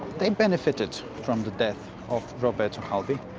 they benefited from the death of roberto calvi,